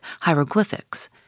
hieroglyphics